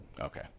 Okay